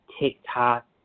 TikTok